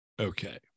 Okay